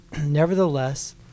Nevertheless